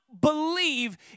believe